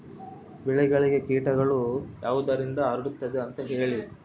ಬೆಳೆಗೆ ಕೇಟಗಳು ಯಾವುದರಿಂದ ಹರಡುತ್ತದೆ ಅಂತಾ ಹೇಳಿ?